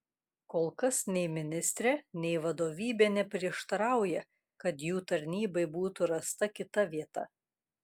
kol kas nei ministrė nei vadovybė neprieštarauja kad jų tarnybai būtų rasta kita vieta